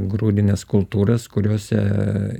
grūdines kultūras kuriose